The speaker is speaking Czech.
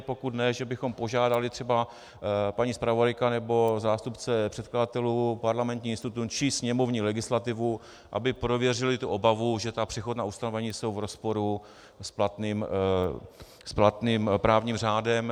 Pokud ne, že bychom požádali třeba paní zpravodajka nebo zástupce předkladatelů Parlamentní institut či sněmovní legislativu, aby prověřili obavu, že ta přechodná ustanovení jsou v rozporu s platným právním řádem.